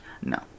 No